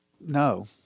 No